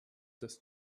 does